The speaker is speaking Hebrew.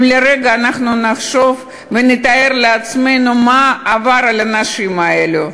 אם לרגע נחשוב ונתאר לעצמנו מה עבר על האנשים האלה: